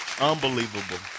unbelievable